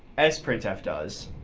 s printf does.